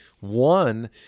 one